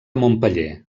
montpeller